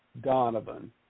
Donovan